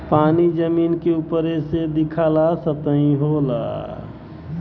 पानी जमीन के उपरे से दिखाला सतही होला